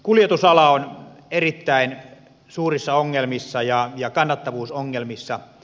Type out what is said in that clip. kuljetusala on erittäin suurissa ongelmissa ja kannattavuusongelmissa